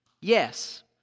Yes